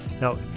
Now